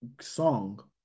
song